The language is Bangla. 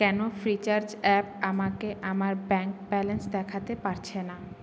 কেন ফ্রিচার্জ অ্যাপ আমাকে আমার ব্যাংক ব্যালেন্স দেখাতে পারছে না